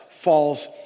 falls